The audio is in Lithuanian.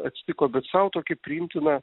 atsitiko bet sau tokį priimtiną